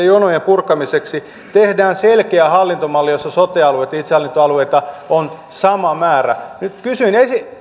jonojen purkamiseksi tehdään selkeä hallintomalli jossa sote alueita ja itsehallintoalueita on sama määrä kysyin